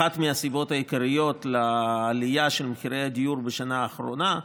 אחת הסיבות העיקריות לעלייה של מחירי הדיור בשנה האחרונה,